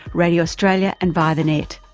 radio australia, and via the net.